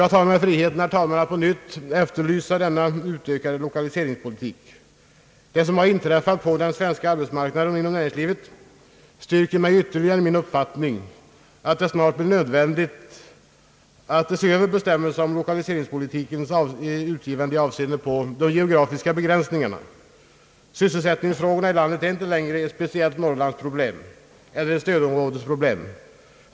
Jag tar mig friheten, herr talman, att på nytt efterlysa denna utökade lokaliseringspolitik. Det som har inträffat på den svenska arbetsmarknaden och inom vårt näringsliv styrker mig ytterligare i uppfattningen, att det snart blir nödvändigt att se över bestämmelserna för lokaliseringspolitiken i avseende på dess geografiska begränsningar. Sysselsättningsfrågorna i landet är inte längre ett speciellt norrlandsproblem eller stödområdesproblem.